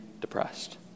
depressed